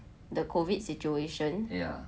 the COVID situation